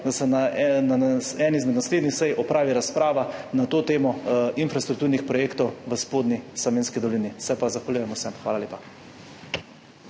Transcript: da se na eni izmed naslednjih sej opravi razprava na to temo infrastrukturnih projektov v Spodnji Savinjski dolini. Se pa zahvaljujem vsem. Hvala lepa.